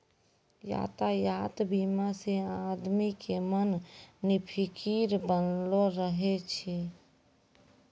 यातायात बीमा से आदमी के मन निफिकीर बनलो रहै छै